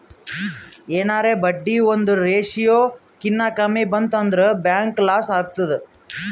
ಎನಾರೇ ಬಡ್ಡಿ ಒಂದ್ ರೇಶಿಯೋ ಕಿನಾ ಕಮ್ಮಿ ಬಂತ್ ಅಂದುರ್ ಬ್ಯಾಂಕ್ಗ ಲಾಸ್ ಆತ್ತುದ್